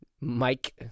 Mike